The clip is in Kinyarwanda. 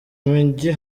mijyi